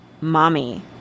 mommy